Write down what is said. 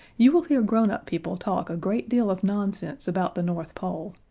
you will hear grown-up people talk a great deal of nonsense about the north pole,